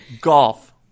Golf